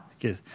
Okay